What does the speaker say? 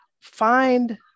find